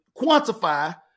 quantify